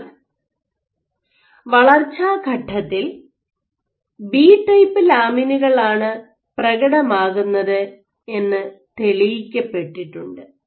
എന്നാൽ വളർച്ചാഘട്ടത്തിൽ B type ലാമിനുകളാണ് പ്രകടമാകുന്നത് എന്ന് തെളിയിക്കപ്പെട്ടിട്ടുണ്ട്